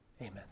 Amen